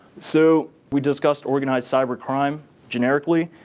so we discussed organized cybercrime generically.